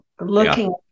looking